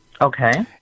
Okay